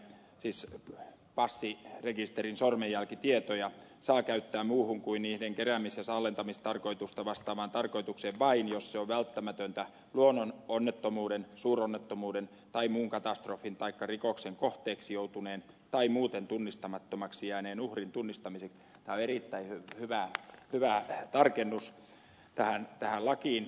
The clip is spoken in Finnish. viisi pasi passirekisterin sormenjälkitietoja saa käyttää muuhun kuin niiden keräämis ja tallentamistarkoitusta vastaavaan tarkoitukseen vain jos se on välttämätöntä luonnononnettomuuden suuronnettomuuden tai muun katastrofin taikka rikoksen kohteeksi joutuneen tai muuten tunnistamattomaksi jääneen uhrin tunnistamiseksi niin tämä on erittäin hyvä tarkennus tähän lakiin